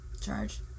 charge